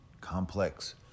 complex